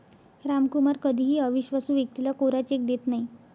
रामकुमार कधीही अविश्वासू व्यक्तीला कोरा चेक देत नाही